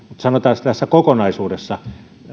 sanotaan että tässä kokonaisuudessa